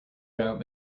route